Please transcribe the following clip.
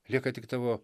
lieka tik tavo